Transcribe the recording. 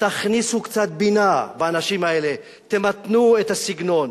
תכניסו קצת בינה באנשים האלה, תמתנו את הסגנון,